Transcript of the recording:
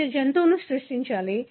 మీరు జంతువును సృష్టించాలి